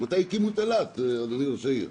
מתי הקימו את אילת, אדוני ראש העיר?